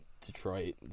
detroit